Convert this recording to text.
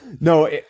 No